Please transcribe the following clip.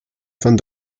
vom